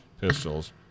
pistols